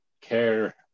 care